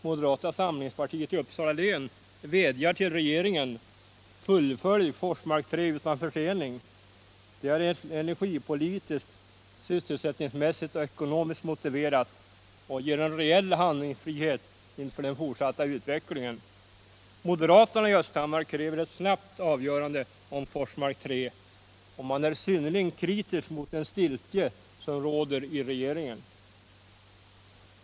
Moderata samlingspartiet i Uppsala län vädjar till regeringen: Fullfölj Forsmark 3 utan försening! Det är energipolitiskt, sysselsättningsmässigt och ekonomiskt motiverat och ger en reell handlingsfrihet inför den fortsatta utvecklingen. Moderaterna i Östhammar kräver ett snabbt avgörande om Forsmark 3, och man är synnerligen kritisk mot den stiltje som råder i regeringen.